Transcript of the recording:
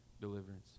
deliverance